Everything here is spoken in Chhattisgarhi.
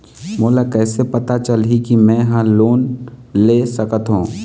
मोला कइसे पता चलही कि मैं ह लोन ले सकथों?